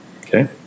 Okay